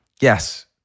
Yes